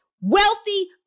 wealthy